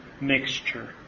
mixture